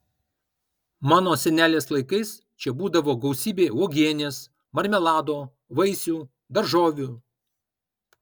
mano senelės laikais čia būdavo gausybė uogienės marmelado vaisių daržovių